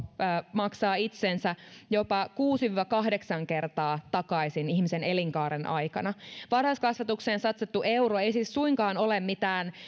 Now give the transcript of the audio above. maksaa itsensä jopa kuusi viiva kahdeksan kertaa takaisin ihmisen elinkaaren aikana varhaiskasvatukseen satsattu euro ei siis suinkaan ole mitään